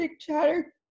chatter